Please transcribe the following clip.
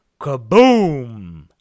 Kaboom